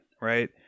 right